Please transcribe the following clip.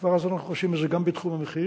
כבר אז אנחנו חשים את זה, גם בתחום המחיר.